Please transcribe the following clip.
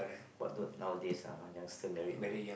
but don't nowadays ah youngster married ah